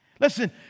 Listen